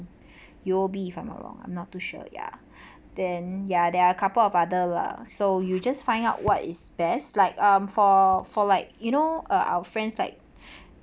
U_O_B if I'm not wrong I'm not too sure ya then ya there are a couple of other lah so you just find out what is best like um for for like you know uh our friends like